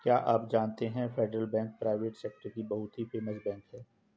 क्या आप जानते है फेडरल बैंक प्राइवेट सेक्टर की बहुत ही फेमस बैंक है?